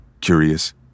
curious